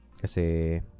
Kasi